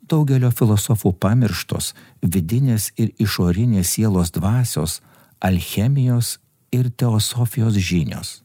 daugelio filosofų pamirštos vidinės ir išorinės sielos dvasios alchemijos ir teosofijos žinios